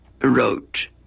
wrote